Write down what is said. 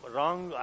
Wrong